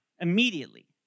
immediately